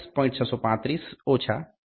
635 1